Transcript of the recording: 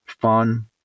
fun